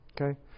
okay